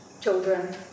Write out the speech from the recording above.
children